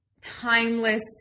timeless